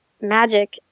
magic